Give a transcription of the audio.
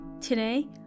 Today